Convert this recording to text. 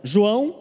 João